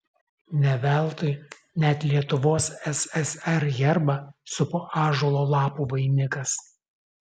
ne veltui net lietuvos ssr herbą supo ąžuolo lapų vainikas